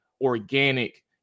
organic